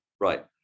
right